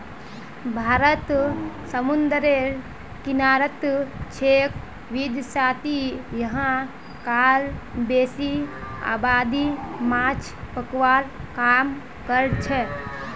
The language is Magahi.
भारत समूंदरेर किनारित छेक वैदसती यहां कार बेसी आबादी माछ पकड़वार काम करछेक